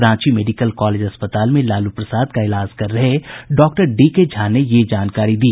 Ranchi medical college अस्पताल में लालू प्रसाद का इलाज कर डॉक्टर डी के झा ने यह जानकारी दी